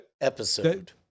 episode